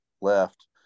left